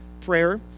prayer